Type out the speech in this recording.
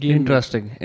Interesting